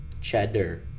Cheddar